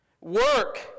Work